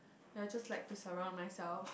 I'll just like to surround myself